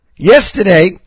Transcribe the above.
Yesterday